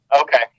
Okay